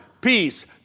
peace